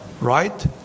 right